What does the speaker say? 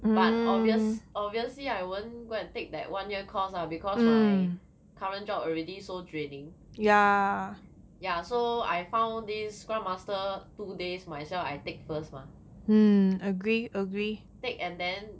but obvious obviously I won't go and take that one year course lah because my current job already so draining yeah so I found this scrum master two days myself I take first mah take and then